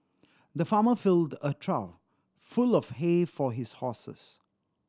the farmer filled a trough full of hay for his horses